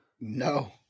No